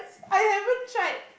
I haven't tried